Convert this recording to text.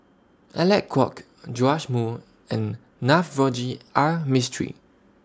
Alec Kuok Joash Moo and Navroji R Mistri